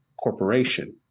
corporation